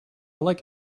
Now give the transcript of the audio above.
like